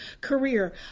career